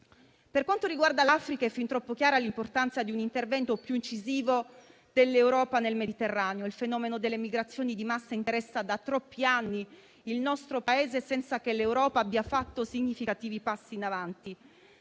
Per quanto riguarda l'Africa, è fin troppo chiara l'importanza di un intervento più incisivo dell'Europa nel Mediterraneo; il fenomeno delle migrazioni di massa interessa da troppi anni il nostro Paese senza che l'Europa abbia fatto significativi passi in avanti.